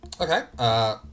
Okay